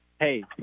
hey